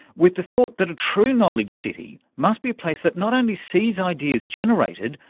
with the thought that a true knowledge city must be a place that not only sees ideas generated,